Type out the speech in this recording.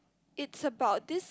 it's about this